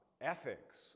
ethics